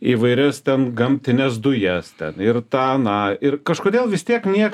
įvairias ten gamtines dujas ten ir tą aną ir kažkodėl vis tiek nieks